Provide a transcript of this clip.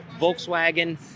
Volkswagen